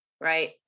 Right